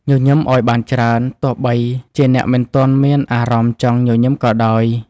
ញញឹមឱ្យបានច្រើន ទោះបីជាអ្នកមិនទាន់មានអារម្មណ៍ចង់ញញឹមក៏ដោយ។